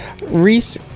Reese